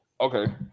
okay